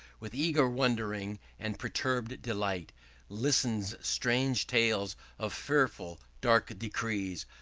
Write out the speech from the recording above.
with eager wond'ring and perturb'd delight listens strange tales of fearful dark decrees,